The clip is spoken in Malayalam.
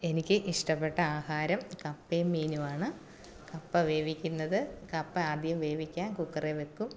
എനിക്ക് ഇഷ്ടപ്പെട്ട ആഹാരം കപ്പയും മീനും ആണ് കപ്പ വേവിക്കുന്നത് കപ്പ ആദ്യമേ വേവിക്കാന് കുക്കറിൽ വയ്ക്കും